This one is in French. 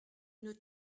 une